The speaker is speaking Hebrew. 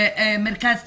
מרכז טיפול.